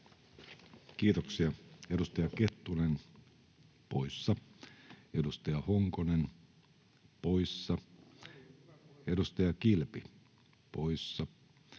Kiitoksia. — Edustaja Kettunen poissa, edustaja Honkonen poissa, edustaja Kilpi poissa,